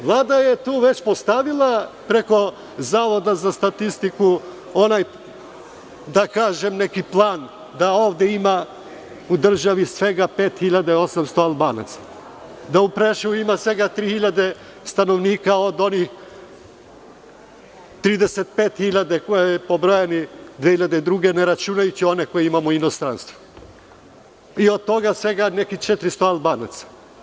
Vlada je tu već uspostavila preko Zavoda za statistiku onaj da kažem plan, da ovde ima u državi svega 5.800 Albanaca, da u Preševu ima svega 3.000 stanovnika od onih 35.000 koje su pobrojani 2002. godine, ne računajući one koje imam u inostranstvu i od toga svega negde oko 400 Albanaca.